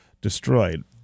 destroyed